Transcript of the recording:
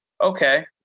okay